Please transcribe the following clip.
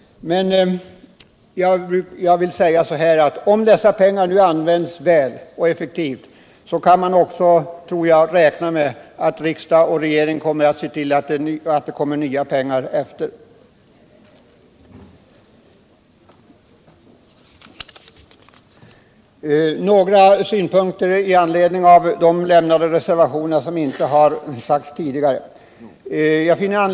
Om dessa pengar nu används väl och effektivt så kan man också, tror jag, räkna med att riksdag och regering ser till att det kommer nya pengar därefter. Så några synpunkter som inte har anförts tidigare i anledning av reservationerna.